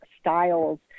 styles